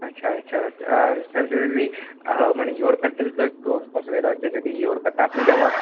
আচ্ছা আচ্ছা আর স্যার যদি মানে ইয়র্কারটা দিতে একটু অসুবিধা হচ্ছে যদি ইয়র্কারটা আপনি